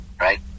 right